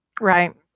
right